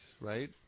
right